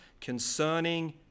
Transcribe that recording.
concerning